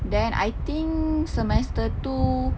then I think semester two